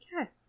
Okay